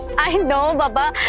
i know but